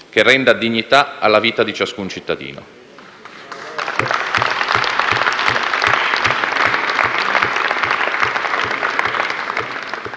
che renda dignità alla vita di ciascun cittadino.